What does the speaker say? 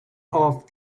off